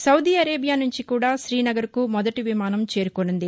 Saudi Arabia నుంచి కూడా శ్రీనగర్కు మొదటి విమానం చేరుకోసుంది